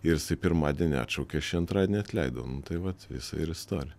ir jisai pirmadienį atšaukė aš jį antradienį neatleidau nu tai vat visa ir istorija